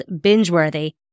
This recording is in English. binge-worthy